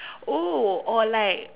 oh or like